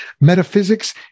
metaphysics